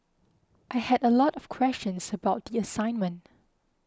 I had a lot of questions about the assignment